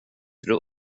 rum